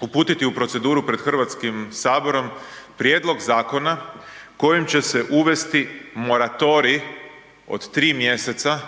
uputiti u proceduru pred Hrvatskim saborom prijedlog zakona kojim će se uvesti moratorij od 3 mjeseca